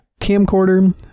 camcorder